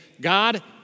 God